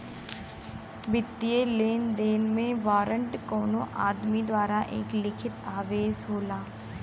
वित्तीय लेनदेन में वारंट कउनो आदमी द्वारा एक लिखित आदेश होला